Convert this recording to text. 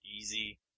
easy